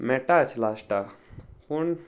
मेळटाच लास्टाक पूण